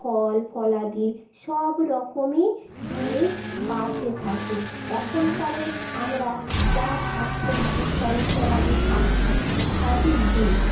ফল ফলাদি সব রকমই জিনিস বাড়তে থাকে এখনকারের আমরা যা শাকসবজি ফল ফলাদি খাচ্ছি সবই বিষ